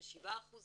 בצה"ל